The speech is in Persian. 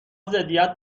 ضدیت